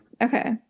Okay